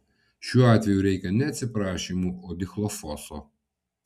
šiuo atveju reikia ne atsiprašymų o dichlofoso